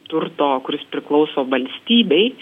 turto kuris priklauso valstybei